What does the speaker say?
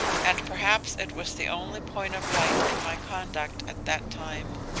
and perhaps it was the only point of light in my conduct at that time,